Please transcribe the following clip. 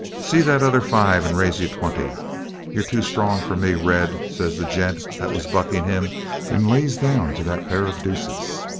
see that other five and raise you twenty you're too strong for me red says the gent that was bucking him and lays down to that pair of deuces!